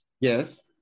Yes